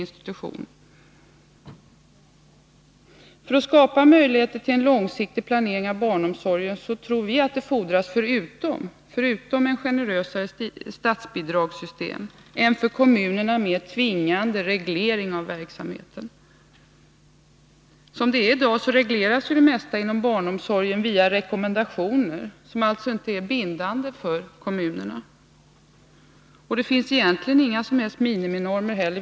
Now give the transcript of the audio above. För att man skall kunna skapa möjligheter till en långsiktig planering av barnomsorgen tror vi att det fordras — förutom ett generösare statsbidragssystem — en för kommunerna mer tvingande reglering av verksamheten. Som det är i dag regleras det mesta inom barnomsorgen via rekommendationer, som alltså inte är bindande för kommunerna. Det finns egentligen inga som helst miniminormer heller.